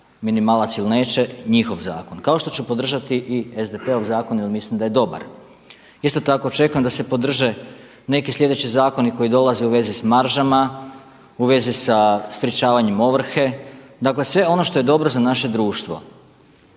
minimalac ili neće njihov zakon kao što ću podržati i SDP-ov zakon jer mislim da je dobar. Isto tako očekujem da se podrže neki slijedeći zakoni koji dolaze u vezi s maržama, u vezi sa sprječavanjem ovrhe, dakle sve ono što je dobro za naše društvo.